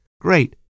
great